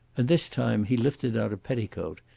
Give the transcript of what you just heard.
and this time he lifted out a petticoat,